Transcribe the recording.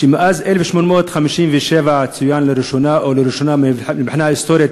ב-1857 צוין לראשונה, או לראשונה מבחינה היסטורית,